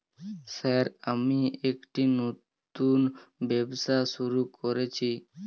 Sir আমি একটি নতুন ব্যবসা শুরু করেছি?